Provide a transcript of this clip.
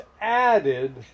added